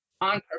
on